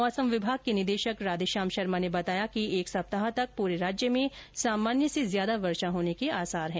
मौसम विभाग के निदेशक राधेश्याम शर्मा ने बताया कि एक सप्ताह तक पूरे राज्य में सामान्य से ज्यादा वर्षा होने के आसार हैं